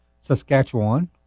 Saskatchewan